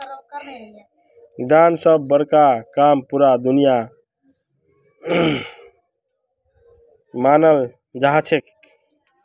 दान सब स बड़का काम पूरा दुनियात मनाल जाछेक